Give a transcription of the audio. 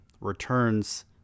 returns